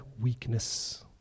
weakness